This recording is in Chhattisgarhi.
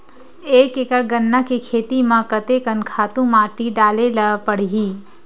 एक एकड़ गन्ना के खेती म कते कन खातु माटी डाले ल पड़ही?